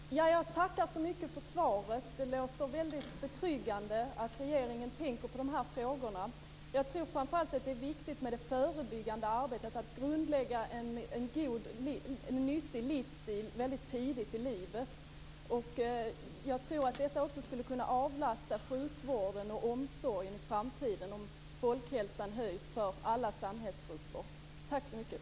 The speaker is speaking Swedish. Fru talman! Jag tackar så mycket för svaret. Det låter betryggande att regeringen tänker på dessa frågor. Det är viktigt med det förebyggande arbetet, att grundlägga en nyttig livsstil tidigt i livet. Det skulle avlasta sjukvården och omsorgen i framtiden om folkhälsan höjs i alla samhällsgrupper.